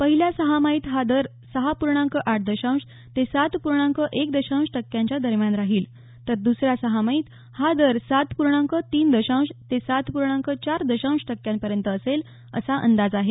पहिल्या सहामाहीत हा दर सहा पूर्णांक आठ दशांश ते सात पूर्णांक एक दशांश टक्क्यांच्या दरम्यान राहील तर दसऱ्या सहामाहीत हा दर सात पूर्णांक तीन दशांश ते सात पूर्णांक चार दशांश टक्क्यांपर्यंत असेल असा अंदाज आहे